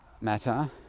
matter